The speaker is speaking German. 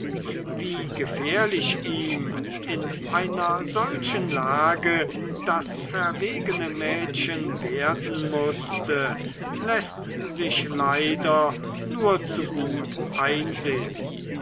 wie gefährlich ihm in einer solchen lage das verwegene mädchen werden mußte läßt sich leider nur zu gut einsehen